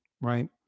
Right